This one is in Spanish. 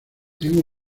tengo